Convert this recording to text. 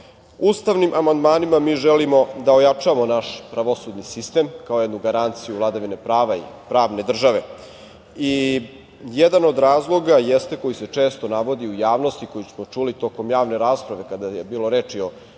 ova. Ustavnim amandmanima mi želimo da ojačamo naš pravosudni sistem kao jednu garanciju vladavine prava i pravne države. Jedan od razloga koji se često navodi u javnosti i koji smo čuli tokom javne rasprave kada je bilo reči o